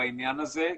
בעניין הזה,